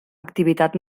activitat